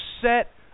set